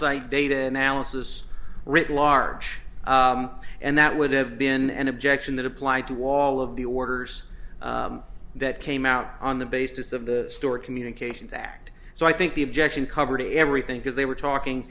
site data analysis written large and that would have been an objection that applied to wall of the orders that came out on the basis of the store communications act so i think the objection covered everything because they were talking